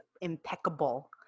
impeccable